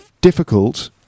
difficult